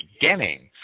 beginning